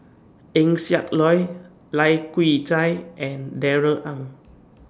Eng Siak Loy Lai Kew Chai and Darrell Ang